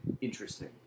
interesting